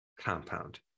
compound